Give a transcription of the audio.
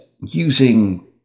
using